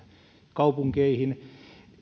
kaupunkeihin